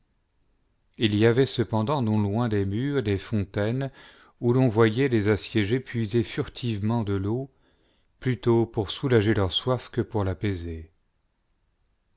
il y avait cependant non loin des murs des fontaines où l'on voyait les assiégés puiser furtivement de l'eau plutôt pour soulager leur soif que pour apaiser